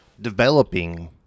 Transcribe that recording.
developing